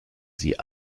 sie